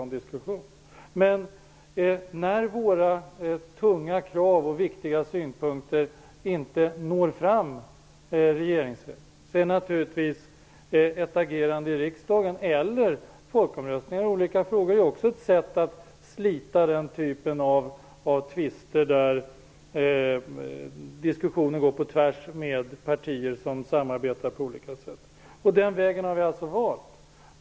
När våra tunga krav och viktiga synpunkter inte når fram regeringsvägen kan naturligtvis ett agerande i riksdagen eller folkomröstning i olika frågor vara ett sätt att slita den typ av tvister där partier som samarbetar på olika sätt har uppfattningar som går på tvärs med varandra. Den vägen har vi alltså valt.